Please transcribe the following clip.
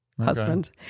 husband